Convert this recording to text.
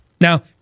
Now